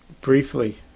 briefly